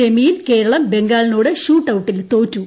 സെമിയിൽ കേരളം ബംഗാളിനോട് ഷൂട്ടൌട്ടിൽ തോറ്റു